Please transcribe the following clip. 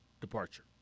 departure